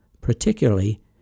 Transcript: particularly